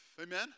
Amen